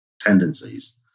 tendencies